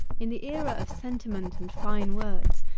in the era of sentiment and fine words,